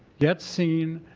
get seen,